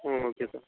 ம் okay sir